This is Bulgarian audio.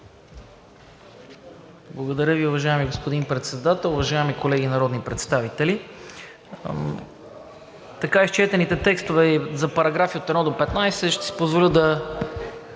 Благодаря Ви, уважаеми господин Председател. Уважаеми колеги народни представители! По така изчетените текстове за параграфи от 1 до 15 ще си позволя да